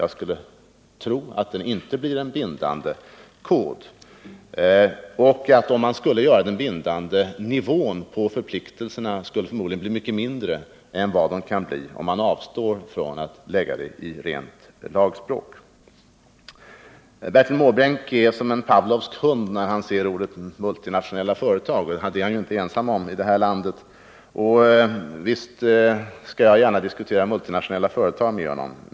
Jag skulle tro att det inte blir en bindande kod, och om man skulle göra den bindande skulle nivån på förpliktelserna bli mycket lägre än vad som kan bli fallet om man avstår från att utforma koden som en ren lagtext. Bertil Måbrink reagerar som en pavlovsk hund när han ser orden ”multinationella företag” , och det är han inte ensam om i det här landet. Men jag skall gärna diskutera multinationella företag med honom.